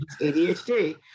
ADHD